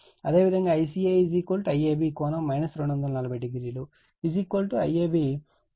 570 ampere అవుతుంది